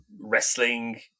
wrestling